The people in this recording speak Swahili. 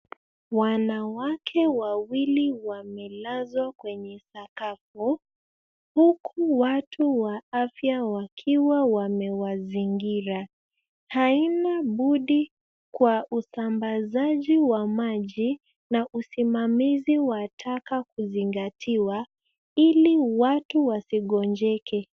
Wanawake wawili wamelazwa kwenye sakafu, huku watu wa afya wakiwa wamewazingira. Haina budi kwa usambazaji wa maji na usimamizi wa taka kuzingatiwa, ili watu wasigonjeke.